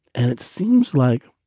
and it seems like